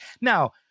Now